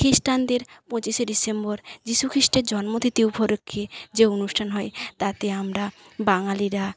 খ্রিস্টানদের পঁচিশে ডিসেম্বর যিশুখ্রিস্টের জন্মতিথি উপলক্ষে যে অনুষ্ঠান হয় তাতে আমরা বাঙালিরা